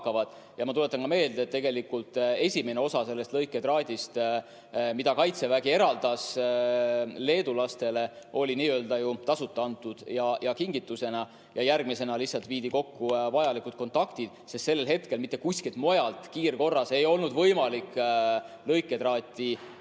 Ma tuletan meelde, et tegelikult esimene osa sellest lõiketraadist, mille Kaitsevägi eraldas leedulastele, oli ju tasuta, kingitusena antud. Järgmisena lihtsalt viidi kokku vajalikud kontaktid, sest sel hetkel mitte kuskilt mujalt kiirkorras ei olnud võimalik lõiketraati saada.